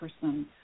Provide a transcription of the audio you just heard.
person